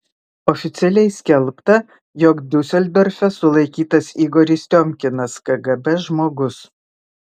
oficialiai skelbta jog diuseldorfe sulaikytas igoris tiomkinas kgb žmogus